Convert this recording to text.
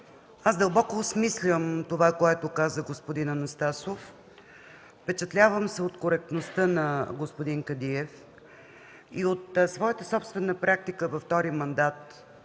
но дълбоко осмислям това, което каза господин Анастасов. Впечатлявам се от коректността на господин Кадиев. И от своята собствена практика във втори мандат,